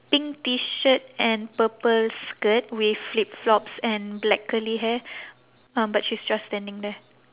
pink T-shirt and purple skirt with flip-flops and black curly hair um but she's just standing there